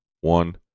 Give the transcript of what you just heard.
One